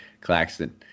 Claxton